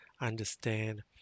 understand